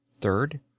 Third